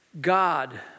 God